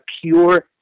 pure